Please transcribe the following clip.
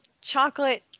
Chocolate